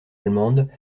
allemande